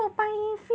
拜拜